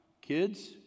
kids